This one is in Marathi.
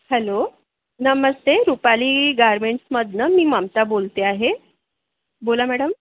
हॅलो नमस्ते रुपाली गारमेंट्समधनं मी ममता बोलते आहे बोला मॅडम